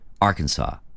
Arkansas